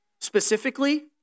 specifically